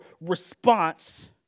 response